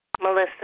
Melissa